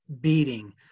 beating